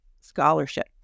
scholarship